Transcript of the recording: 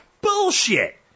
Bullshit